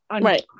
Right